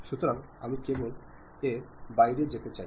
সুতরাং আমি কেবল এর বাইরে যেতে চাই